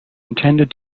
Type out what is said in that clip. intended